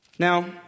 Now